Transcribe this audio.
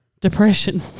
depression